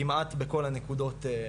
כמעט בכל הנקודות,